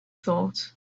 thought